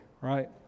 right